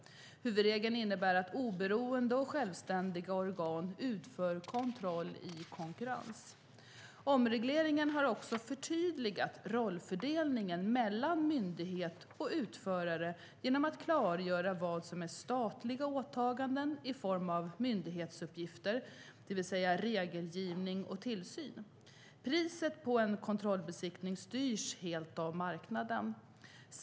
Huvudregeln innebär att oberoende och självständiga organ utför kontroll i konkurrens. Omregleringen har också förtydligat rollfördelningen mellan myndighet och utförare genom att klargöra vad som är statliga åtaganden i form av myndighetsuppgifter, det vill säga regelgivning och tillsyn. Priset på en kontrollbesiktning styrs helt av marknaden.